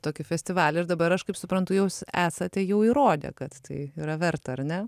tokį festivalį ir dabar aš kaip suprantu jūs esate jau įrodę kad tai yra verta ar ne